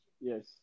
Yes